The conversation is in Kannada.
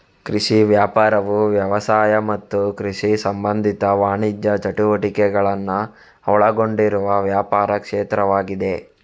ಕೃಷಿ ವ್ಯಾಪಾರವು ವ್ಯವಸಾಯ ಮತ್ತು ಕೃಷಿ ಸಂಬಂಧಿತ ವಾಣಿಜ್ಯ ಚಟುವಟಿಕೆಗಳನ್ನ ಒಳಗೊಂಡಿರುವ ವ್ಯಾಪಾರ ಕ್ಷೇತ್ರವಾಗಿದೆ